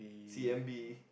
C_N_B